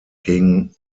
king